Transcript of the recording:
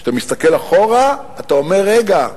כשאתה מסתכל אחורה, אתה אומר: רגע,